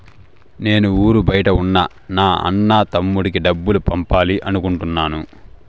నేను ఊరి బయట ఉన్న నా అన్న, తమ్ముడికి డబ్బులు పంపాలి అనుకుంటున్నాను